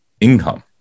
income